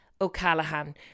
O'Callaghan